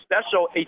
special